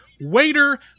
Waiter